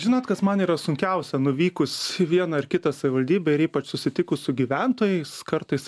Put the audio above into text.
žinot kas man yra sunkiausia nuvykus į vieną ar kitą savivaldybę ir ypač susitikus su gyventojais kartais